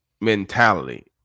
mentality